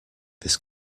this